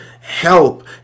help